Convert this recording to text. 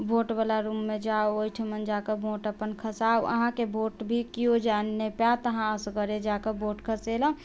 वोटवला रुममे जाउ ओहि ठिमन जाकऽ वोट अपन खसाउ अहाँके वोट भी केओ जानि नहि पायत अहाँ असगरे जाकऽ वोट खसेलहुँ